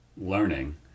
learning